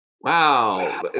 Wow